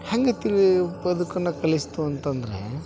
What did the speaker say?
ಹೆಂಗೆ ತಿಳಿಯು ಬದುಕನ್ನು ಕಲಿಸ್ತು ಅಂತಂದರೆ